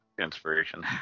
inspiration